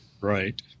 Right